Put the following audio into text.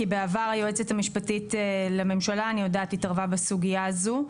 כי בעבר היועמ"ש לממשלה אני יודעת התערבה בסוגייה הזו.